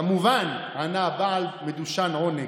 כמובן, ענה הבעל מדושן עונג.